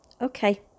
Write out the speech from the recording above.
Okay